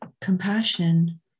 compassion